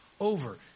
over